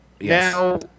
Now